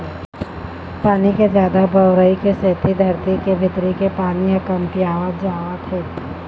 पानी के जादा बउरई के सेती धरती के भीतरी के पानी ह कमतियावत जावत हे